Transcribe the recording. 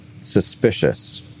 suspicious